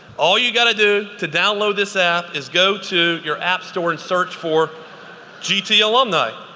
all you gotta do to download this app is go to your app store and search for gtalumni.